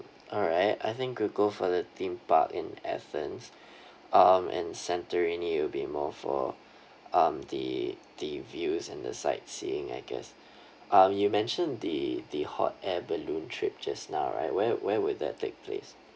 alright I think we'll go for the theme park in athens um and santorini it will be more for um the the views and the sightseeing I guess um you mentioned the the hot air balloon trip just now right where where would that take place